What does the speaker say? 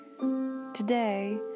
today